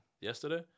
Yesterday